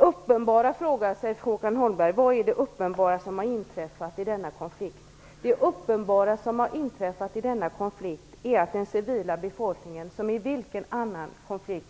Håkan Holmberg frågar sig vad som är det uppenbara som har inträffat i denna konflikt. Det uppenbara som har inträffat i denna konflikt är att den civila befolkningen som i vilken annan konflikt